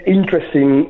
interesting